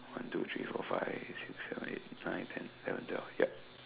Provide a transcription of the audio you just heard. one two three four five six seven eight nine ten eleven twelve ya